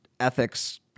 Ethics